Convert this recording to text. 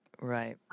Right